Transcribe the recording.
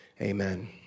amen